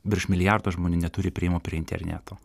virš milijardo žmonių neturi priėjimo prie interneto